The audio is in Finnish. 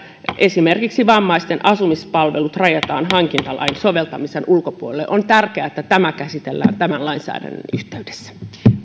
esimerkiksi vammaisten asumispalvelut rajataan hankintalain soveltamisen ulkopuolelle on tärkeää että se käsitellään tämän lainsäädännön yhteydessä